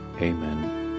Amen